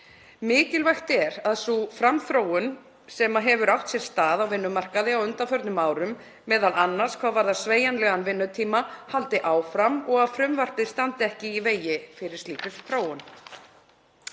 Mikilvægt er að sú framþróun sem hefur átt sér stað á vinnumarkaði á undanförnum árum, m.a. hvað varðar sveigjanlegan vinnutíma, haldi áfram og að frumvarpið standi ekki í vegi fyrir slíkri þróun.